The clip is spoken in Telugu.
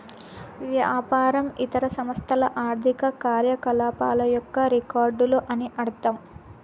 వ్యాపారం ఇతర సంస్థల ఆర్థిక కార్యకలాపాల యొక్క రికార్డులు అని అర్థం